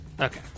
Okay